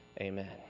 amen